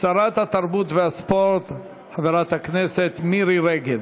שרת התרבות והספורט חברת הכנסת מירי רגב.